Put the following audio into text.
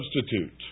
substitute